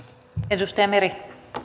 arvoisa